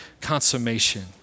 consummation